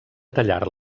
tallar